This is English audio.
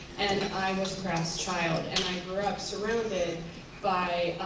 and i was a crafts child. and i grew up surrounded by